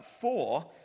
four